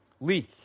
leak